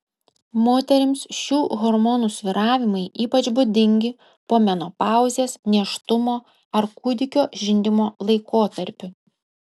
moterims šių hormonų svyravimai ypač būdingi po menopauzės nėštumo ar kūdikio žindymo laikotarpiu